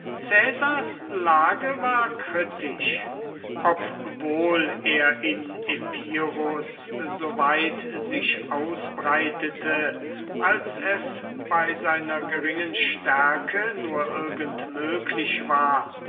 lage war kritisch obwohl er in epirus so weit sich ausbreitete als es bei seiner geringen stärke nur irgend möglich war